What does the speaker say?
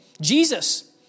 Jesus